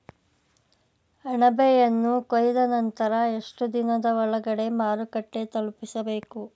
ಅಣಬೆಯನ್ನು ಕೊಯ್ದ ನಂತರ ಎಷ್ಟುದಿನದ ಒಳಗಡೆ ಮಾರುಕಟ್ಟೆ ತಲುಪಿಸಬೇಕು?